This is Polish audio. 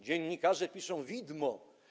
Dziennikarze piszą: widmo.